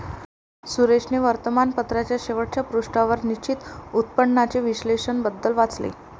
सुरेशने वर्तमानपत्राच्या शेवटच्या पृष्ठावर निश्चित उत्पन्नाचे विश्लेषण बद्दल वाचले